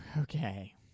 okay